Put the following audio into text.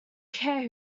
care